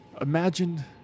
Imagine